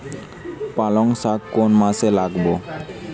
পালংশাক কোন মাসে লাগাব?